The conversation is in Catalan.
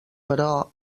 però